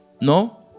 No